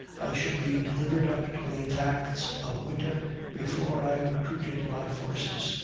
i should be delivered up to the attacks of winter before i recruited my forces,